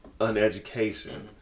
uneducation